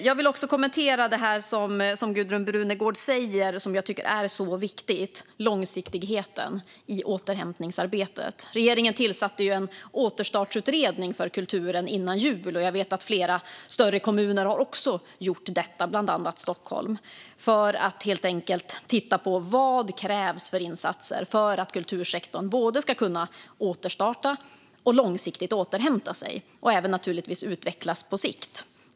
Jag vill också kommentera det som Gudrun Brunegård talar om och som jag tycker är så viktigt: långsiktigheten i återhämtningsarbetet. Regeringen tillsatte före jul en återstartsutredning för kulturen, och jag vet att flera större kommuner också har gjort det, bland annat Stockholm. Syftet är att titta på vilka insatser som krävs för att kultursektorn ska kunna både återstarta och långsiktigt återhämta sig samt naturligtvis utvecklas på sikt.